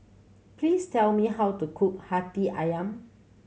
please tell me how to cook Hati Ayam